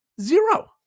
Zero